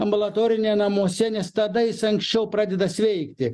ambulatorinė namuose nes tada jis anksčiau pradeda sveikti